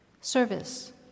Service